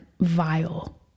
vile